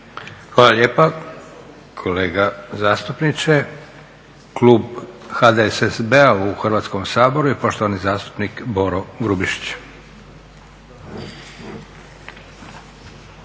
Hvala lijepa kolega zastupniče. Klub HDSSB-a u Hrvatskom saboru i poštovani zastupnik Boro Grubišić.